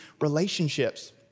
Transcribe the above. relationships